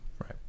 right